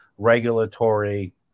regulatory